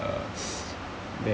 uh